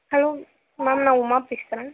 hello ma'am நான் உமா பேசுகிறேன்